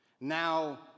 Now